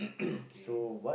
okay